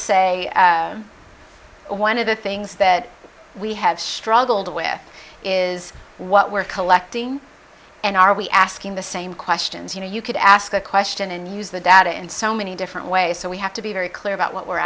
say one of the things that we have struggled with is what we're collecting and are we asking the same questions you know you could ask a question and use the data in so many different ways so we have to be very clear about what we're